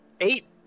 eight